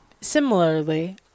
Similarly